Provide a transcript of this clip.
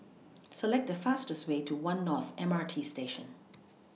Select The fastest Way to one North M R T Station